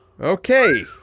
Okay